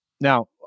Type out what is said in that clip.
Now